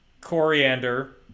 Coriander